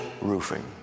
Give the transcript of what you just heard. roofing